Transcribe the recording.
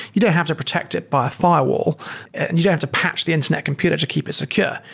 you don't have to protect it by a firewall and you don't have to patch the internet computer to keep it secure.